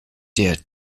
der